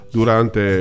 durante